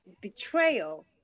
betrayal